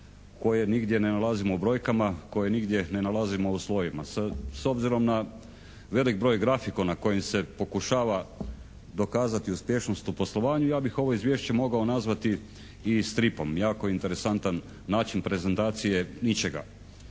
koje nigdje ne nalazimo brojkama, koje nigdje ne nalazimo u svojima. S obzirom na velik broj grafikona kojim se pokušava dokazati uspješnost u poslovanju ja bih ovo izvješće mogao nazvati i stripom. Jako interesantan način prezentacije ničega.